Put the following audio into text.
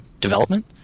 development